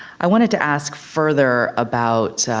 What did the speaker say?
i wanted to ask further about,